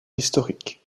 historiques